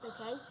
Okay